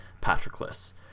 Patroclus